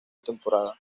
temporada